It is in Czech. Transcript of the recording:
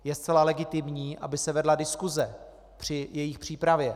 Je zcela legitimní, aby se vedla diskuse při jejich přípravě.